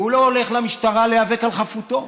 והוא לא הולך למשטרה להיאבק על חפותו.